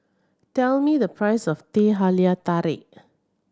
tell me the price of Teh Halia Tarik